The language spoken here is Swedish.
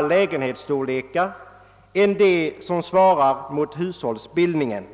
lägenheter av andra storlekar än dem som svarar mot hushållsbildningen.